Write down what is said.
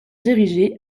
dirigé